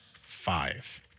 five